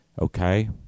Okay